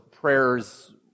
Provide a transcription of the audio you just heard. prayers